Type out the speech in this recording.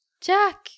Jack